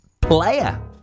player